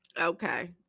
Okay